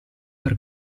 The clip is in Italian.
per